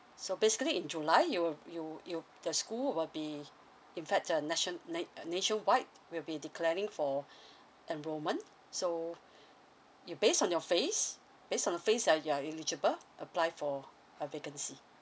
so basically in july you'll you you the school will be in fact the nation~ na~ uh nationwide will be declaring for enrolment so it based on your phase based on the phase that you're illegible apply for a vacancy